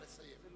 נא לסיים.